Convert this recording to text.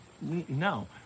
no